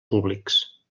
públics